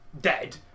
dead